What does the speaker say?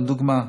לדוגמה: